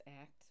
act